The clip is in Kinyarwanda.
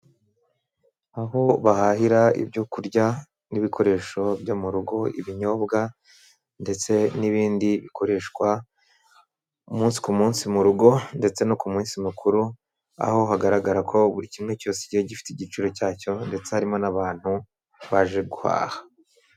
Aho bahahira ibyo kurya n'ibikoresho byo mu rugo, ibinyobwa ndetse n'ibindi bikoreshwa umunsi ku munsi mu rugo ndetse no ku minsi mukuru; aho hagaragara ko buri kimwe cyose kiba gifite igiciro cyacyo ndetse harimo n'abantu baje guhaha.